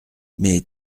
mais